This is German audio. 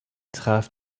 traf